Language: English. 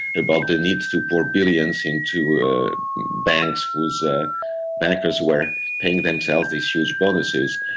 about the need to pour billions into banks whose ah bankers were paying themselves these huge bonuses.